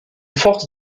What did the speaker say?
forces